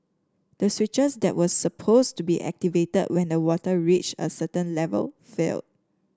the switches that were supposed to be activated when the water reached a certain level failed